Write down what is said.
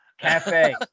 cafe